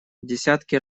десятки